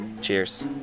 cheers